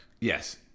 Yes